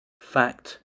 Fact